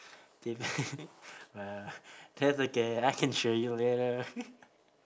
!wah! that's okay I can show you later